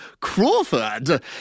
Crawford